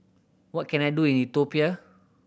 what can I do in Ethiopia